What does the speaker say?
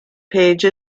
page